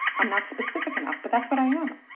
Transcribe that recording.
i'm not specific enough but that's what i am.